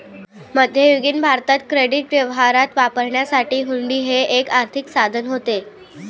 मध्ययुगीन भारतात क्रेडिट व्यवहारात वापरण्यासाठी हुंडी हे एक आर्थिक साधन होते